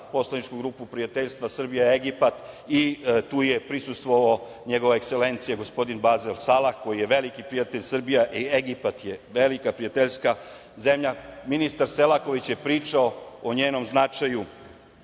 poslaničku grupu prijateljstva Srbija-Egipat i tu je prisustvovao Nj.E. gospodin Basel Salah, koji je veliki prijatelj Srbije. Egipat je velika prijateljska zemlja. Ministar Selaković je pričao o njenom značaju